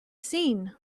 seen